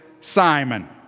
Simon